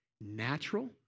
natural